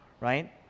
right